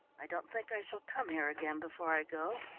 i don't think i shall come here again before i go.